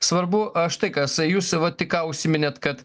svarbu aš tai kas jūs sava tik ką užsiminėt kad